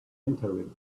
entering